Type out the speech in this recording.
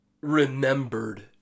Remembered